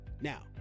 Now